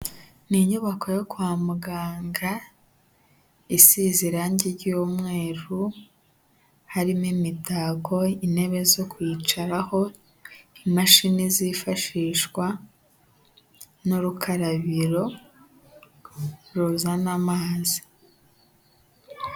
Ni inyubako yo kwa muganga isize irangi ry'umweru, harimo imitako intebe zo kwicaraho imashini zifashishwa n'urukarabiro ruzana amazi.